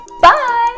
bye